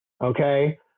Okay